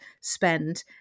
spend